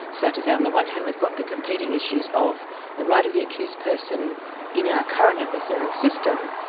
so to say on the one hand we've got the competing issues of the right of the accused person in our current adversarial system,